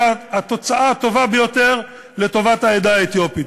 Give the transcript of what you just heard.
התוצאה הטובה ביותר לטובת העדה האתיופית.